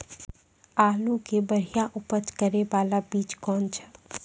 आलू के बढ़िया उपज करे बाला बीज कौन छ?